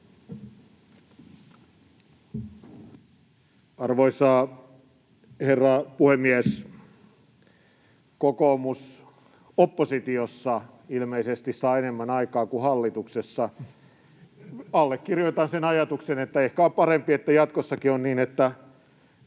Arvoisa herra puhemies! Kokoomus oppositiossa ilmeisesti saa enemmän aikaan kuin hallituksessa. Allekirjoitan sen ajatuksen, että ehkä on parempi, että jatkossakin on niin, että